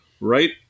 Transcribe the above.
Right